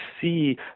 see